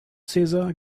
caesar